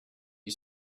you